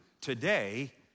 today